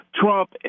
Trump